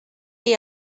chi